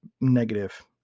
negative